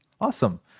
awesome